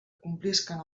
complisquen